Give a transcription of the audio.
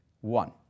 One